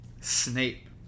Snape